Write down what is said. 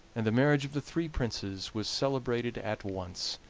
and the marriage of the three princes was celebrated at once.